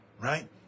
right